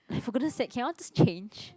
like for goodness' sake can y'all just change